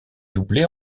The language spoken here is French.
doublés